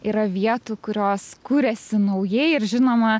yra vietų kurios kuriasi naujai ir žinoma